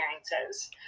experiences